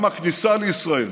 גם הכניסה לישראל